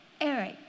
Eric